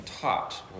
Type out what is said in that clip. taught